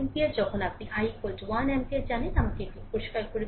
সুতরাং যখন আপনি i 1 অ্যাম্পিয়ার জানেন আমাকে এটি পরিষ্কার করুন